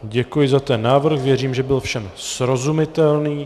Děkuji za ten návrh, věřím, že byl všem srozumitelný.